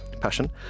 Passion